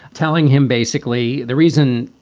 telling him basically the reason,